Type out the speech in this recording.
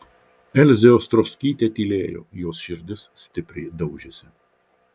elzė ostrovskytė tylėjo jos širdis stipriai daužėsi